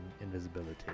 invisibility